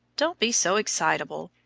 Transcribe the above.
don't be so excitable.